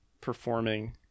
performing